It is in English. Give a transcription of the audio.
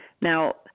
Now